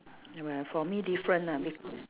w~ ya for me different ah